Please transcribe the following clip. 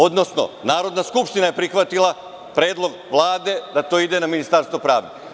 Odnosno, Narodna skupština je prihvatila predlog Vlade da to ide na Ministarstvo pravde.